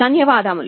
ధన్యవాదాలు